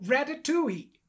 Ratatouille